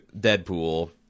deadpool